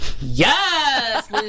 Yes